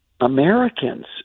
Americans